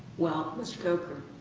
well, mr. coker,